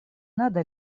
надо